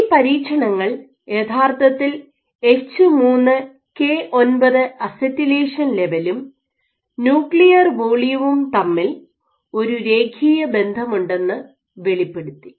ഈ പരീക്ഷണങ്ങൾ യഥാർത്ഥത്തിൽ എച്ച് 3 കെ 9 അസറ്റിലേഷൻ ലെവലും ന്യൂക്ലിയർ വോള്യവും തമ്മിൽ ഒരു രേഖീയ ബന്ധമുണ്ടെന്ന് വെളിപ്പെടുത്തി